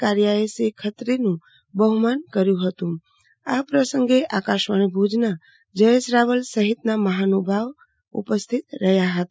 કારિયાએ શ્રી ખાતરીનું બહુમાન કર્યું હતું આ પ્રસંગે આકાશવાણી ભુજના જયેશ રાવલ સહીત મહાનુભાવો ઉપસ્થિત રહ્યા હતા